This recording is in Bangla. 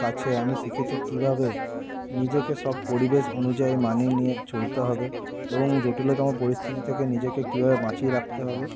কাছে আমি শিখেছি কীভাবে নিজেকে সব পরিবেশ অনুযায়ী মানিয়ে নিয়ে চলতে হবে এবং জটিলতম পরিস্থিতি থেকে নিজেকে কীভাবে বাঁচিয়ে রাখতে হবে